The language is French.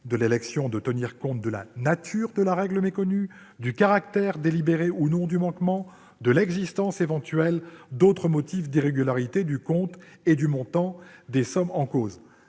de l'élection de tenir compte de la nature de la règle méconnue, du caractère délibéré ou non du manquement, de l'existence éventuelle d'autres motifs d'irrégularité du compte et du montant des sommes en cause.